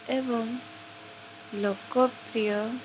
ଏବଂ ଲୋକପ୍ରିୟ